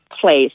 place